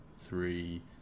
three